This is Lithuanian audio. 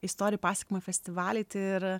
istorijų pasakojimo festivaliai tai ir